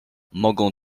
mogą